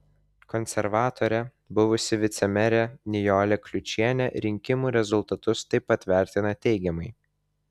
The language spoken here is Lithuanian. konservatorė buvusi vicemerė nijolė kliučienė rinkimų rezultatus taip pat vertina teigiamai